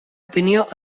opinió